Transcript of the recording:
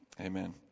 Amen